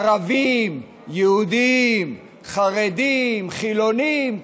ערבים, יהודים, חרדים, חילונים.